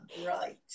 right